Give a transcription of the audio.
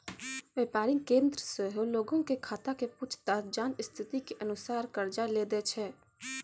व्यापारिक केन्द्र सेहो लोगो के खाता के पूछताछ जांच स्थिति के अनुसार कर्जा लै दै छै